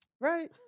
Right